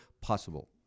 possible